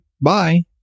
Bye